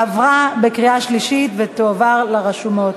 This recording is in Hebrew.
עברה בקריאה שלישית ותועבר לרשומות.